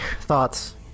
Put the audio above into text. thoughts